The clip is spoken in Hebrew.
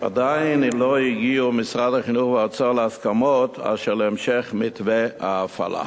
עדיין משרד החינוך והאוצר לא הגיעו להסכמות אשר להמשך מתווה ההפעלה.